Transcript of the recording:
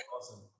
awesome